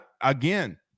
again